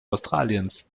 australiens